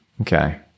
okay